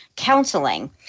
counseling